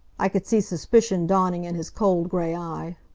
i could see suspicion dawning in his cold gray eye.